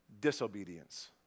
Disobedience